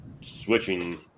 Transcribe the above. switching